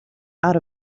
out